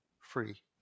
free